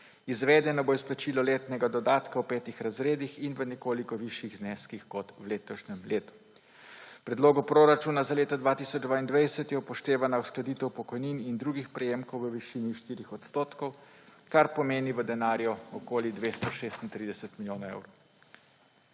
Izvedeno bo izplačilo letnega dodatka v petih razredih in v nekoliko višjih zneskih kot v letošnjem letu. Pri predlogu proračuna za leto 2022 je upoštevana uskladitev pokojnin in drugih prejemkov v višini 4 %, kar pomeni v denarju okoli 236 milijonov evrov.